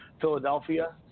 Philadelphia